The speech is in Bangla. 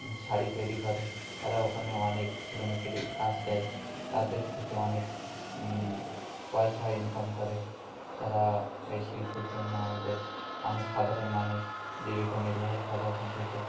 শাড়ি তৈরি করে তারা ওখানে অনেক শ্রমিকের কাজ দেয় তাদের থেকে অনেক পয়সা ইনকাম করে তারা এই শিল্পের জন্য আমাদের অনেক সাধারণ মানুষ জীবিকা নির্বাহ করে ওখান থেকে